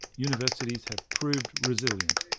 universities have proved resilient.